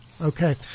Okay